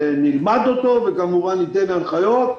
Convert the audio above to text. נלמד אותו וכמובן ניתן הנחיות.